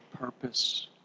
purpose